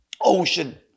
Ocean